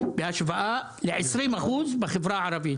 בהשוואה ל-19.9 אחוז בחברה הערבית.